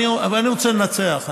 אבל אני רוצה לנצח,